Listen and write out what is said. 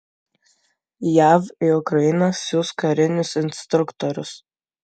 jav į ukrainą siųs karinius instruktorius